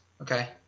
Okay